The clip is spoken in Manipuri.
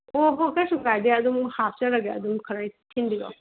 ꯑꯣ ꯑꯣ ꯀꯩꯁꯨ ꯀꯥꯏꯗꯦ ꯑꯗꯨꯝ ꯍꯥꯞꯆꯔꯛꯀꯦ ꯑꯗꯨꯝ ꯈꯔ ꯊꯤꯟꯕꯤꯔꯛꯑꯣ